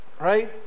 right